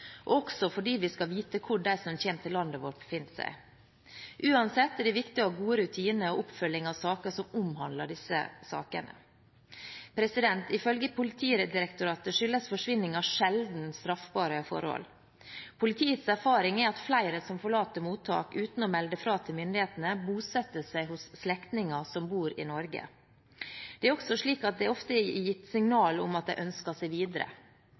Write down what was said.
fordi vi skal vite hvor de som kommer til landet vårt, befinner seg. Uansett er det viktig å ha gode rutiner og oppfølging av saker som omhandler disse sakene. Ifølge Politidirektoratet skyldes forsvinninger sjelden straffbare forhold. Politiets erfaring er at flere som forlater mottak uten å melde fra til myndighetene, bosetter seg hos slektninger som bor i Norge. Det er også slik at de ofte har gitt signaler om at de ønsker seg videre.